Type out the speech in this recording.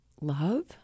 Love